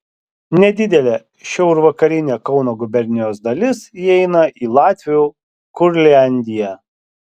nedidelė šiaurvakarinė kauno gubernijos dalis įeina į latvių kurliandiją